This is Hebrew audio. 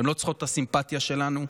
הן לא צריכות את הסימפתיה שלנו,